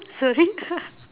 sorry